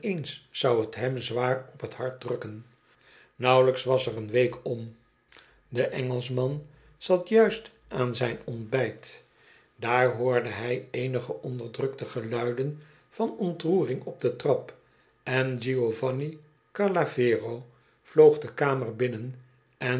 zou het hem zwaar op t hart drukken nauwelijks was er een daar hoorde hij eenige onderdrukte geluiden van ontroering op de trap en giovanni carlavero vloog de kamer binnen